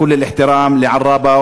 כל הכבוד לעראבה.